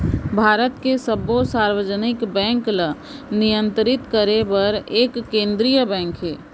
भारत के सब्बो सार्वजनिक बेंक ल नियंतरित करे बर एक केंद्रीय बेंक हे